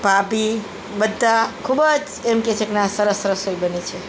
ભાભી બધા ખૂબ જ એમ કહે છે કે ના સરસ રસોઈ બની છે